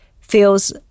feels